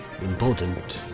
important